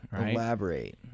Elaborate